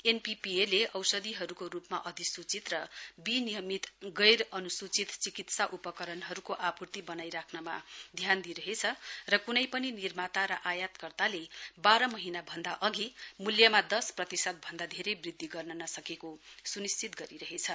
एनपीपीएले औषधिहरूको रूपमा अधिसूचित र विनियमित गैर अधुसूचित चिकित्सा उपकरणहरूको आपूर्ति बनाई राख्नमा ध्यान दिइरहेको र क्नै पनि निर्माता र आयत कर्ताले बाह्र महिना भन्दा अघि मूल्यमा दस प्रतिशत भन्दा धेरै वृद्धि गर्न नसकेको स्निश्चित गरिरहेछ